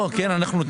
לא, כן, אנחנו נותנים.